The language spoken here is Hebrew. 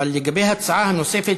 אבל לגבי ההצעה הנוספת,